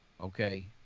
Okay